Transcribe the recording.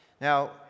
Now